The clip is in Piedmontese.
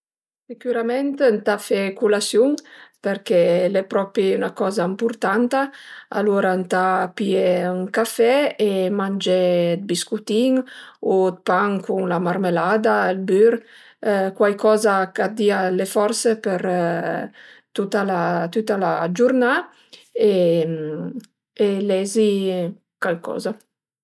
Sicürament ëntà fe culasiun përché l'e propi 'na coza ëmpurtanta, alura ëntà pìé ën café e mangé 'd biscutin u 'd pan cun la marmelada, bür, cuaicoza ch'a të dìa le forse për tuta tüta la giurnà e lezi calcoza